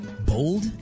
Bold